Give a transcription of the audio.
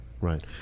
Right